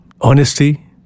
honesty